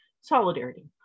Solidarity